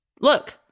Look